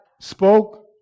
spoke